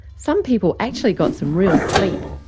some people actually got some real sleep,